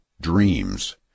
dreams